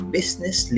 Business